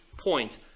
point